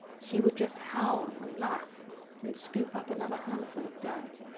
she would just howl and and laugh and scoop up another handful of dirt.